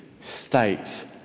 states